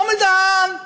מומי דהן,